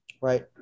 right